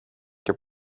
και